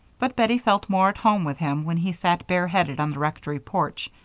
but bettie felt more at home with him when he sat bareheaded on the rectory porch,